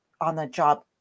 on-the-job